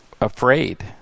afraid